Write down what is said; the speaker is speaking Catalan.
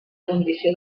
condició